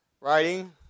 writing